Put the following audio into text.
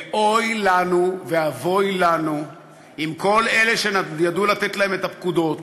ואוי לנו ואבוי לנו אם כל אלה שידעו לתת להם את הפקודות